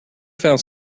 found